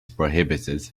prohibited